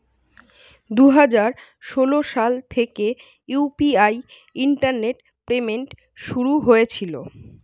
দুই হাজার ষোলো সাল থেকে ইউ.পি.আই ইন্টারনেট পেমেন্ট শুরু হয়েছিল